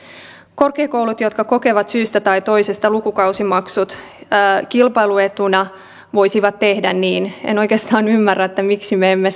korkeakoulut jotka kokevat syystä tai toisesta lukukausimaksut kilpailuetuna voisivat tehdä niin en oikeastaan ymmärrä miksi me emme